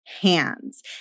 hands